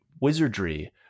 Wizardry